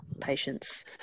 patients